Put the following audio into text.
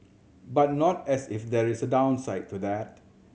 but not as if there is a downside to that